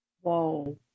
Whoa